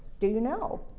do you know?